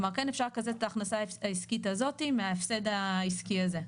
כן אפשר לקזז את ההכנסה העסקית הזאת מההפסד העסקי הזה.